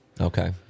Okay